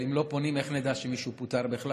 אם לא פונים, איך נדע שמישהו פוטר בכלל?